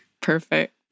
Perfect